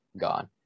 gone